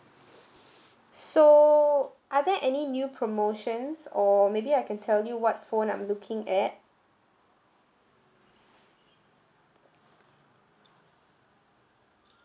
so are there any new promotions or maybe I can tell you what phone I'm looking at